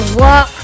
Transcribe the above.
walk